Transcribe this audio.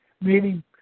meaning